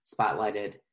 spotlighted